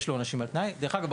דרך אגב,